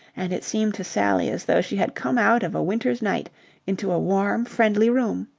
and it seemed to sally as though she had come out of a winter's night into a warm friendly room.